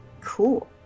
cool